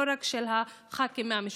לא רק של הח"כים מהמשותפת.